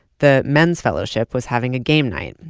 the men's fellowship was having a game night,